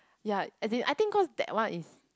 ya as in I think cause that one is